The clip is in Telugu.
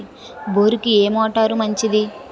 బోరుకి ఏ మోటారు మంచిది?